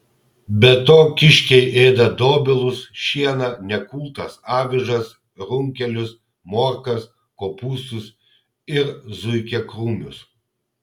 be to kiškiai ėda dobilus šieną nekultas avižas runkelius morkas kopūstus ir zuikiakrūmius